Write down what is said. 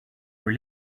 were